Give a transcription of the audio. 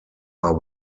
are